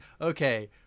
okay